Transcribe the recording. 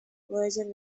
virgin